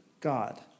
God